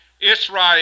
Israel